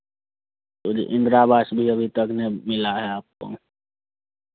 तो जी इन्दिरावास भी अभी तक नहीं मिला है आपको